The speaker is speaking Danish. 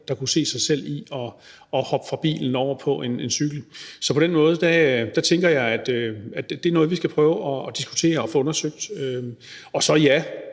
der kunne se sig selv i at hoppe fra bilen og over på en cykel. Så på den måde tænker jeg, at det er noget, vi skal prøve at diskutere og få undersøgt. Og ja,